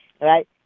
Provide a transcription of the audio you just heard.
right